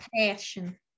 passion